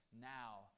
now